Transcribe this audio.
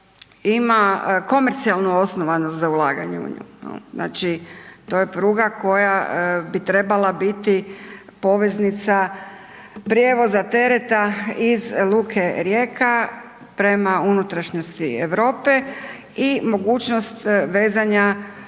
ima komercijalnu osnovanost za ulaganje u nju. Znači to je pruga koja bi trebala biti poveznica prijevoza tereta iz Luke Rijeka prema unutrašnjosti Europe i mogućnost vezanja